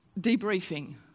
debriefing